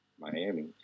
Miami